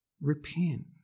Repent